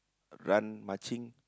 run marching